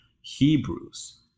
Hebrews